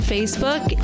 Facebook